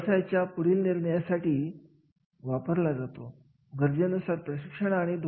या प्रतवारीनुसार त्यांनी कामाच्या स्वरूपाचे महत्त्व ठरवले आणि या महत्त्वानुसार त्याला बक्षीस प्रणाली जोडली